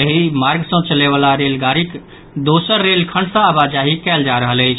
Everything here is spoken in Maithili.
एहि मार्ग सँ चलयवाला रेलगाड़ीक दोसर रेलखंड सँ आवाजाही कयल जा रहल अछि